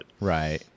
Right